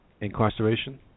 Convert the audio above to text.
incarceration